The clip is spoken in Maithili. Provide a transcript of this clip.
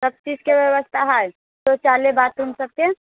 सब चीजके व्यवस्था हय शौचालय बाथरूम सबके